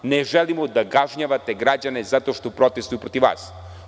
Ne želimo da kažnjavate građane zato što protestuju protiv vas.